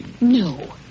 no